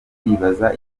bibaza